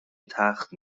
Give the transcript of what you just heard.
تخت